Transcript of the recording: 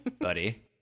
buddy